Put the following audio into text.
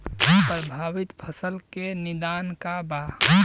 प्रभावित फसल के निदान का बा?